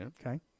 Okay